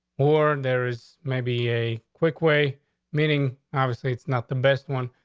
or there is maybe a quick way meeting. obviously, it's not the best one.